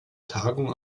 tagung